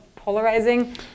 polarizing